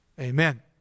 Amen